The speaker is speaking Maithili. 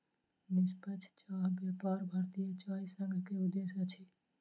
निष्पक्ष चाह व्यापार भारतीय चाय संघ के उद्देश्य अछि